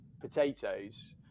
potatoes